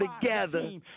together